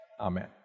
amen